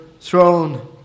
throne